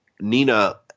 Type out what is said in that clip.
Nina